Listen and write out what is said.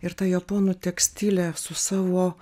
ir ta japonų tekstilė su savo